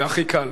זה הכי קל,